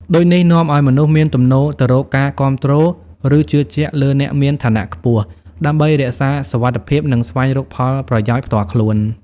ដូចនេះនាំឲ្យមនុស្សមានទំនោរទៅរកការគាំទ្រ ឬជឿជាក់លើអ្នកមានឋានៈខ្ពស់ ដើម្បីរក្សាសុវត្ថិភាព និងស្វែងរកផលប្រយោជន៍ផ្ទាល់ខ្លួន។